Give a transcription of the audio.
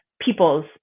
people's